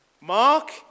Mark